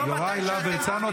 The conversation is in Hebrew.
לא מתי שאתה --- יוראי להב הרצנו,